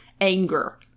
anger